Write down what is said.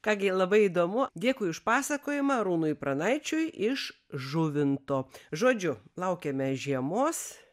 ką gi labai įdomu dėkui už pasakojimą arūnui pranaičiui iš žuvinto žodžiu laukiame žiemos